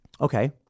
Okay